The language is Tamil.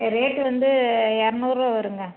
ரேட்டு வந்து இரநூறுவா வருங்க